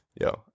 Yo